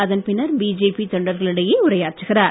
அதன் பின்னர் பிஜேபி தொண்டர்களிடையே உரையாற்றுகிறார்